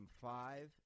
five